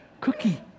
cookie